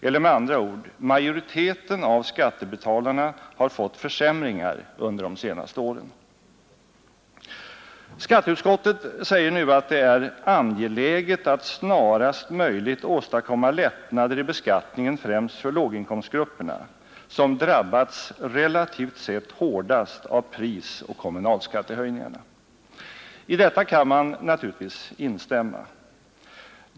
Eller med andra ord: Majoriteten av skattebetalarna har fått försämringar under de senaste åren. Skatteutskottet säger nu att det är ”angeläget att snarast möjligt åstadkomma lättnader i beskattningen främst för låginkomstgrupperna, som drabbats relativt sett hårdast av prisoch kommunalskattehöjningarna”. I detta kan man naturligtvis instämma.